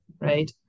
right